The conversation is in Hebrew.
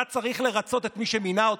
אתה צריך לרצות את מי שמינה אותך.